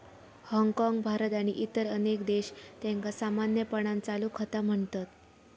हाँगकाँग, भारत आणि इतर अनेक देश, त्यांका सामान्यपणान चालू खाता म्हणतत